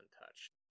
untouched